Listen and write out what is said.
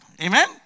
Amen